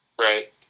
Right